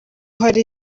hari